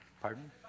Pardon